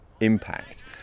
impact